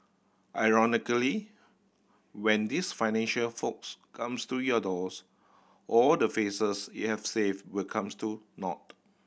ironically when these financial folks comes to your doors all the faces you have saved will comes to naught